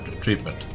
treatment